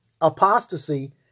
Apostasy